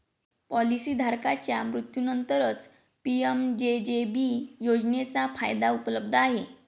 policy धारकाच्या मृत्यूनंतरच PMJJB योजनेचा फायदा उपलब्ध आहे